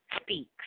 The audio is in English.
speaks